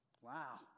Wow